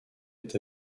est